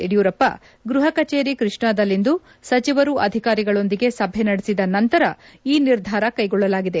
ಯಡಿಯೂರಪ್ಪ ಗೃಹ ಕಚೇರಿ ಕೃಷ್ಣಾದಲ್ಲಿಂದು ಸಚಿವರು ಅಧಿಕಾರಿಗಳೊಂದಿಗೆ ಸಭೆ ನಡೆಸಿದ ನಂತರ ಈ ನಿರ್ಧಾರ ಕೈಗೊಳ್ಳಲಾಗಿದೆ